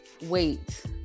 wait